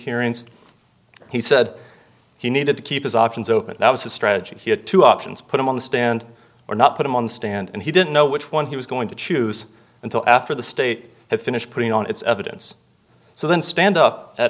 hearings he said he needed to keep his options open that was his strategy he had two options put him on the stand or not put him on the stand and he didn't know which one he was going to choose until after the state had finished putting on its evidence so then stand up at